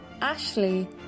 Ashley